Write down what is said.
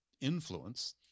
influence